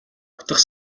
утга